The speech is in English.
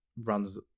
runs